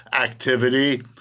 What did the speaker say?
activity